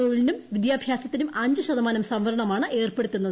തൊഴിലിനും വിദ്യാഭ്യാസത്തിനും അഞ്ച് ശതമാനം സംവരണമാണ് ഏർപ്പെടുത്തുന്നത്